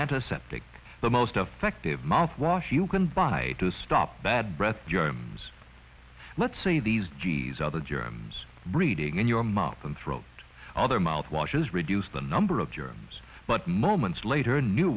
anti septic the most affected mouthwash you can buy to stop bad breath germs let's say these g s other germs breeding in your mouth and throat other mouthwashes reduce the number of germs but moments later a new